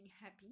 happy